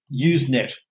Usenet